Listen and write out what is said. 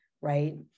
right